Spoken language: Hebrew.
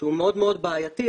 שהוא מאוד מאוד בעייתי,